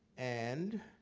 and